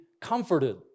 comforted